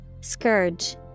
Scourge